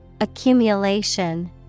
Accumulation